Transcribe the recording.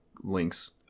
links